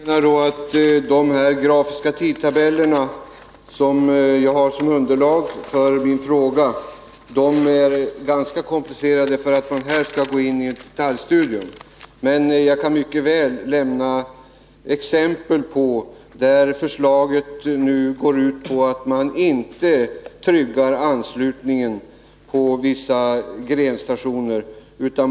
Herr talman! Jag menade att de grafiska tidtabeller som utgör underlag för min fråga är ganska komplicerade. Det är därför svårt att här gå in i ett detaljstudium av dem, men jag kan mycket väl lämna exempel på förslag som går ut på att anslutningen inte tryggas på vissa grenstationer.